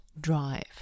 drive